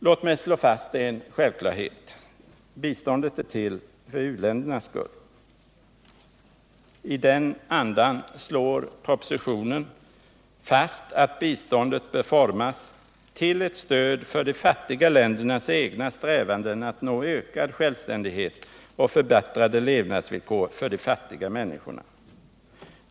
Låt mig slå fast en självklarhet: Biståndet är till för u-ländernas skull. I den andan slår propositionen fast att biståndet bör formas ”till ett stöd för de fattiga ländernas egna strävanden att nå ökad självständighet och förbättrade levnadsvillkor för de fattiga människorna”.